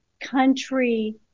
country